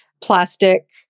Plastic